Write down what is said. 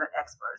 experts